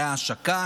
הייתה השקה